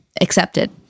accepted